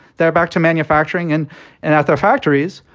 they're back to manufacturing and at their factories,